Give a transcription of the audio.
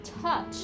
touch